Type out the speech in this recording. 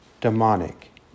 demonic